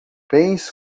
bens